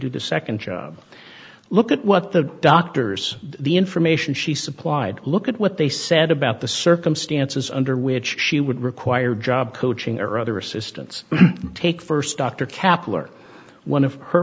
do the second job look at what the doctors the information she supplied look at what they said about the circumstances under which she would require job coaching or other assistance take first dr caplan or one of her